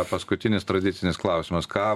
paskutinis tradicinis klausimas ką